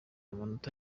amanota